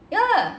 ya